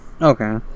Okay